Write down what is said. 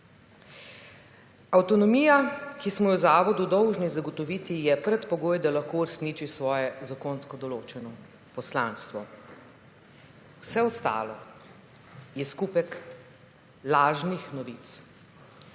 Avtonomija, ki smo jo zavodu dolžni zagotoviti, je predpogoj, da lahko uresniči svoje zakonsko določeno poslanstvo. Vse ostalo je skupek lažnih novic,